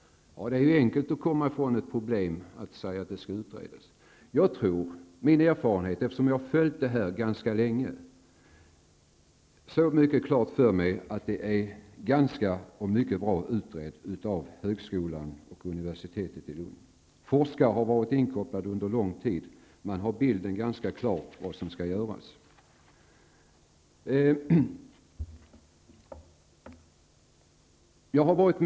Det är ju ett enkelt sätt att komma ifrån problemet. Jag har följt detta ganska länge, och min erfarenhet är att denna fråga är mycket bra utredd av högskolan och universitetet i Lund. Forskare har varit inkopplade under lång tid, och man har bilden ganska klar när det gäller vad som bör göras.